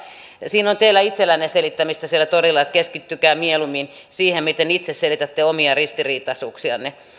siinä on teillä itsellänne selittämistä siellä torilla keskittykää mieluummin siihen miten itse selitätte omia ristiriitaisuuksianne